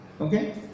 Okay